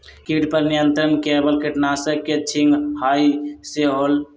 किट पर नियंत्रण केवल किटनाशक के छिंगहाई से होल?